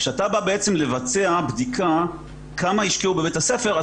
כשאתה מבצע בדיקה כמה השקיעו בבית הספר,